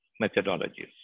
methodologies